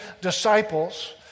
disciples